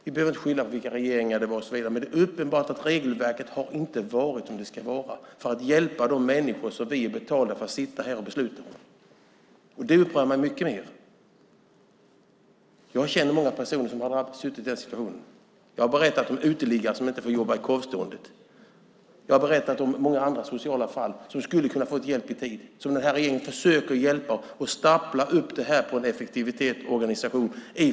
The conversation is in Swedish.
Vi behöver inte skylla olika regeringar för detta, men det är uppenbart att regelverket inte har varit som det ska vara för att vi ska kunna hjälpa de människor som vi är betalda för att sitta här och besluta om. Det upprör mig mycket mer. Jag känner många personer som har varit i den situationen. Jag har berättat om uteliggare som inte får jobba i korvståndet. Jag har berättat om många andra sociala fall som skulle ha kunnat få hjälp i tid och som den här regeringen försöker hjälpa genom att staga upp Försäkringskassans effektivitet och organisation.